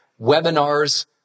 Webinars